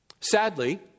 Sadly